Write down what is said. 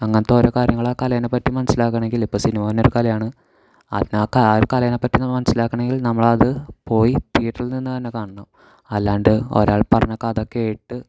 അങ്ങനെത്തെ ഓരോ കാര്യങ്ങൾ ആ കലയിനെ പറ്റി മനസ്സിലാക്കണമെങ്കിൽ ഇപ്പോൾ സിനിമ തന്നെയൊരു കലയാണ് അതിന് ആ ആ ഒരു കലയിനെ പറ്റി നമ്മൾ മനസ്സിലാക്കണമെങ്കിൽ നമ്മളത് പോയി തിയറ്ററിൽ നിന്നുതന്നെ കാണണം അല്ലാണ്ട് ഒരാൾ പറഞ്ഞ കഥ കേട്ട്